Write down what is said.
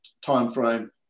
timeframe